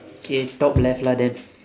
okay top left lah then